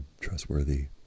trustworthy